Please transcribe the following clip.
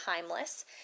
timeless